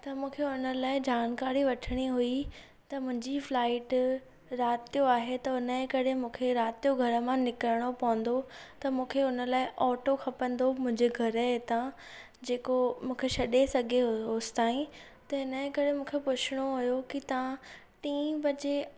त मूंखे हुन लाइ जानकारी वठणी हुई त मुंहिंजी फ्लाइट राति जो आहे त मूंखे राति जो घर मां निकिरणो पवंदो त मूंखे हुन लाइ ऑटो खपंदो मुंहिंजे घर जे इतां जेको मूंखे छॾे सघे होसि ताईं त हिन जे करे मूंखे पुछणो हुओ कि तव्हां टीं बजे